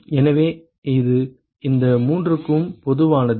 எனவே இது இந்த மூன்றுக்கும் பொதுவானது